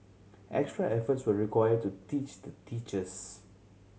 extra efforts were required to teach the teachers